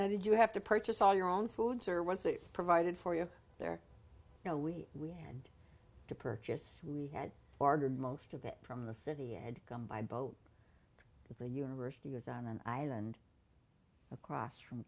so did you have to purchase all your own foods or was it provided for you or you know we we had to purchase we had ordered most of it from the city had come by boat to the university was on an island across from